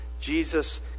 Jesus